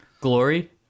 Glory